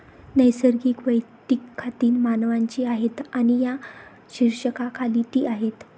नैसर्गिक वैयक्तिक खाती मानवांची आहेत आणि या शीर्षकाखाली ती आहेत